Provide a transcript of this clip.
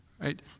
Right